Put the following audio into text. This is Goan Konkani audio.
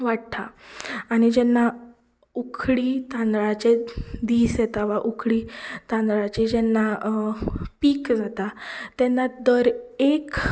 वाडटा आनी जेन्ना उकळी तांदळाचे दीस येता वा उकळी तांदळाचें जेन्ना पीक जाता तेन्ना दर एक